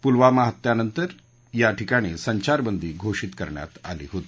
पुलवामा हल्ल्यानंतर या ठिकाणी संचारबंदी घोषित करण्यात आली होती